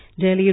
Delhi